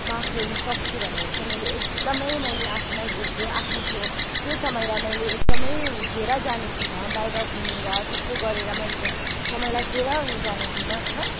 marks ल्याउनसक्छु भनेर चाहिँ मैले एकदमै मैले आफूलाई घोकेँ आफ्नो त्यो त्यो समयलाई मैले एकदमै खेर जानदिइनँ बाहिर घुमेर त्यस्तो गरेर मैले त्यो समयलाई खेर जानदिइनँ होइन